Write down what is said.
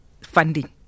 funding